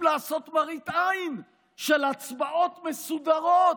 לעשות מראית עין של הצבעות מסודרות,